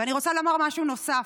ואני רוצה לומר משהו נוסף.